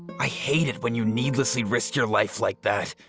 i hate it when you needlessly risk your life like that.